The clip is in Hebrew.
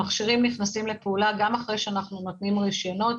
המכשירים נכנסים לפעולה גם אחרי שאנחנו נותנים רישיונות,